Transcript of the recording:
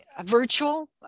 virtual